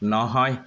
নহয়